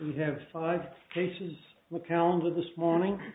we have five cases the calendar this morning